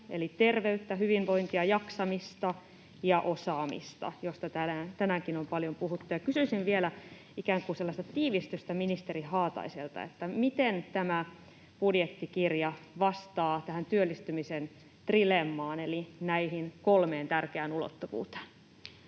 eli terveyttä, hyvinvointia ja jaksamista; ja osaamista, josta tänäänkin on paljon puhuttu. Ja kysyisin vielä ikään kuin tiivistystä ministeri Haataiselta: miten tämä budjettikirja vastaa tähän työllistymisen trilemmaan eli näihin kolmeen tärkeään ulottuvuuteen?